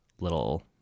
little